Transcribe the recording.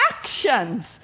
actions